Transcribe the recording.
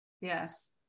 Yes